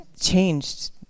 changed